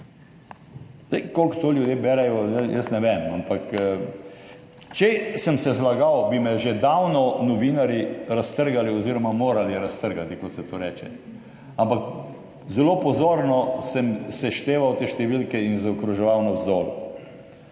Koliko to ljudje berejo, jaz ne vem, ampak če sem se zlagal, bi me že davno novinarji raztrgali oziroma morali raztrgati, kot se to reče. Ampak zelo pozorno sem sešteval te številke in zaokroževal navzdol.